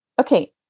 okay